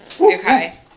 Okay